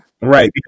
Right